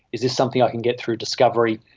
is this something i can get through discovery,